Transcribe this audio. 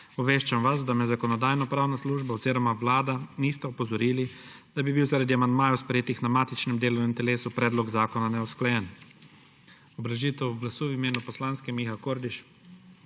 Obveščam vas, da me Zakonodajno-pravna služba oziroma Vlada nista opozorili, da bi bil zaradi amandmajev sprejetih na matičnem delovnem telesu, predlog zakona neusklajen. Obrazložitev glasu v imenu poslanske, Miha Kordiš.